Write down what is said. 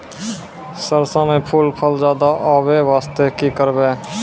सरसों म फूल फल ज्यादा आबै बास्ते कि करबै?